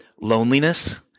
loneliness